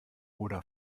oder